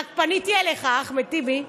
רק פניתי אליך, אחמד טיבי.